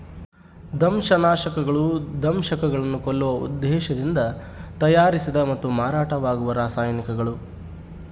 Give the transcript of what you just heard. ದಂಶಕನಾಶಕಗಳು ದಂಶಕಗಳನ್ನು ಕೊಲ್ಲುವ ಉದ್ದೇಶದಿಂದ ತಯಾರಿಸಿದ ಮತ್ತು ಮಾರಾಟವಾಗುವ ರಾಸಾಯನಿಕಗಳು